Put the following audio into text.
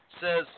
says